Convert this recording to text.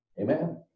Amen